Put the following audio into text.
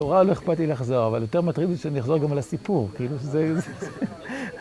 ‫הוראה לא אכפת לי לחזור, ‫אבל יותר מטריד שאני אחזור גם על הסיפור, כאילו שזה...